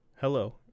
Hello